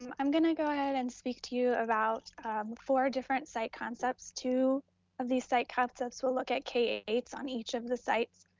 and i'm gonna go ahead and speak to you about four different site concepts. two of these site concepts will look at k eight s on each of the sites,